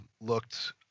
looked